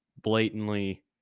blatantly